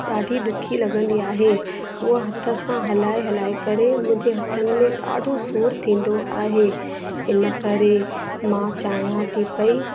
ॾाढी ॾुखी लॻंदी आहे उहा हथ सां हलाए हलाए करे मुंहिंजे हथनि में ॾाढो सूरु थींदो आहे इन करे मां चाहियां थी पई